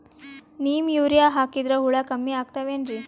Neem urea ಹಾಕದ್ರ ಹುಳ ಕಮ್ಮಿ ಆಗತಾವೇನರಿ?